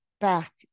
back